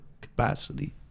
capacity